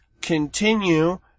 continue